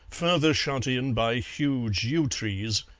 further shut in by huge yew trees,